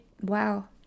wow